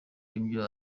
ibyo